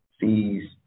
sees